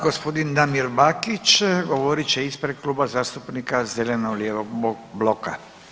Gospodin Damir Bakić govorit će ispred Kluba zastupnika zeleno-lijevog bloka.